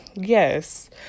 Yes